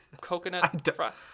coconut